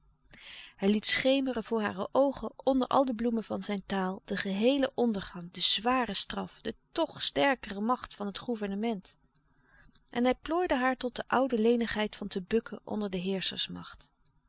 hij liet schemeren voor hare oogen onder al de bloemen van zijne taal den geheelen ondergang de zware straf de toch sterkere macht van het gouvernement en hij plooide haar tot de oude lenigheid van te bukken onder de